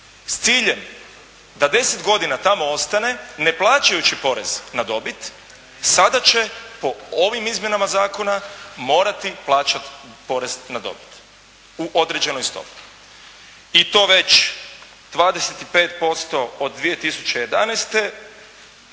s ciljem da 10 godina tamo ostane ne plaćajući porez na dobit, sada će po ovim izmjenama zakona morati plaćati porez na dobit u određenoj stopi i to već 25% od 2011.,